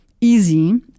easy